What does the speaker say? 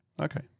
okay